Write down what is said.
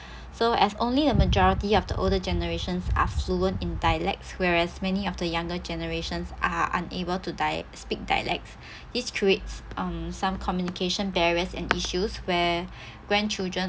so as only the majority of the older generations are fluent in dialects whereas many of the younger generations are unable to dia~ speak dialects this creates um some communication barriers and issues where grandchildren